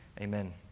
Amen